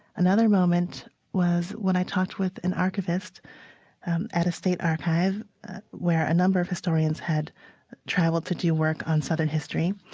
another moment was when i talked with an archivist at a state archive where a number of historians had traveled to do work on southern history,